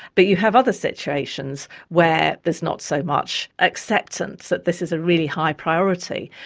but you have other situations where there's not so much acceptance that this is a really high priority.